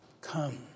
Come